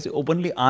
openly